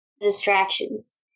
distractions